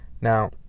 Now